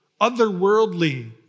otherworldly